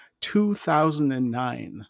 2009